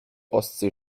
ostsee